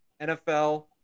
nfl